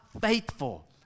faithful